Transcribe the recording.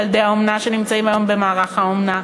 ילדי אומנה שנמצאים היום במערך האומנה,